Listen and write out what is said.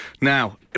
now